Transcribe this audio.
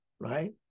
Right